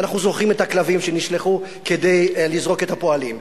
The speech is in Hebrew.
ואני זוכרים את הכלבים שנשלחו כדי לזרוק את הפועלים.